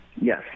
Yes